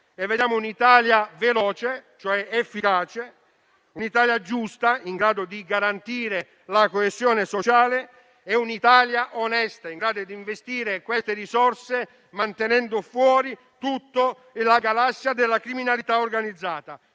Vediamo un'Italia veloce, efficace, un'Italia giusta, in grado di garantire la coesione sociale, e un'Italia onesta, in grado di investire queste risorse mantenendo fuori tutta la galassia della criminalità organizzata.